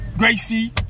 Gracie